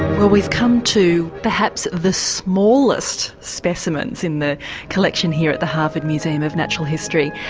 well we've come to perhaps the smallest specimens in the collection here at the harvard museum of natural history.